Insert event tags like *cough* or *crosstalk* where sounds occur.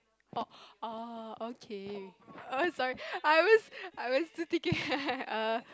oh oh okay err sorry I was I was still thinking *laughs* err